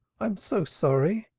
i am so sorry.